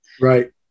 Right